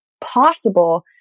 possible